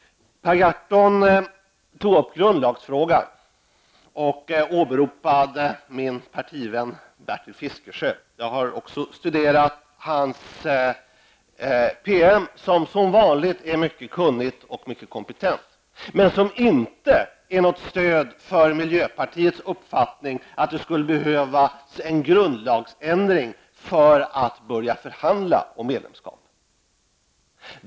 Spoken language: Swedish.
Per Gahrton tog upp grundlagsfrågan och åberopade min partivän Bertil Fiskesjö. Jag har också studerat hans PM, som som vanligt är mycket kunnig och mycket kompetent. Men den är inte något stöd för miljöpartiets uppfattning att det skulle behövas en grundlagsändring för att börja förhandla om medlemskap.